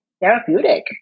therapeutic